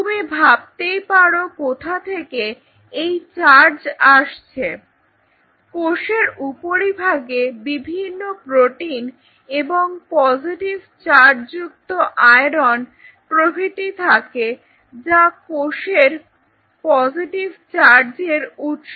তুমি ভাবতেই পারো কোথা থেকে এই চার্জ আসছে কোষের উপরিভাগে বিভিন্ন প্রোটিন এবং পজেটিভ চার্জ যুক্ত আয়রন প্রভৃতি থাকে যা কোষের পজিটিভ চার্জ এর উৎস